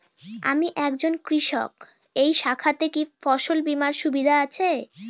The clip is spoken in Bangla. আমি একজন কৃষক এই শাখাতে কি ফসল বীমার সুবিধা আছে?